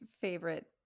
favorite